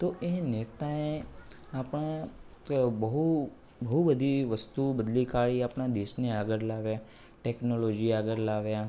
તો એ નેતાએ આપણા તો બહુ બહુ બધી વસ્તુ બદલી કાઢી આપણા દેશને આગળ લાવ્યા ટેકનોલોજી આગળ લાવ્યા